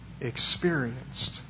experienced